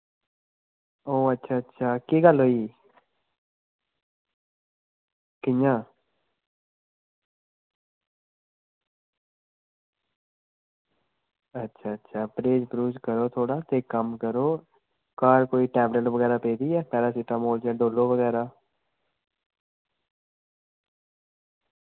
ओह् अच्छा अच्छा केह् गल्ल होई कि'यां अच्छा अच्छा ते परहेज़ परहूज़ करो थोह्ड़ा ते इक कम्म करो घर कोई टैवलट बगैरा पेदी ऐ पैरासिटामोल जां डोलो बगैरा